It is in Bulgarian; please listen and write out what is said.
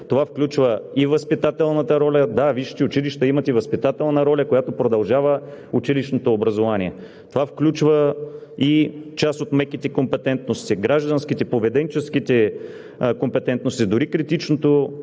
Това включва и възпитателната роля – да, висшите училища имат и възпитателна роля, която продължава училищното образование, това включва и част от меките компетентности – гражданските, поведенческите компетентности, дори критичното